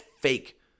fake